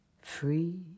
free